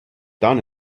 done